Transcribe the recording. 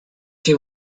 she